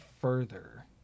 further